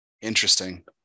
interesting